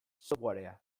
softwarea